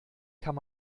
kann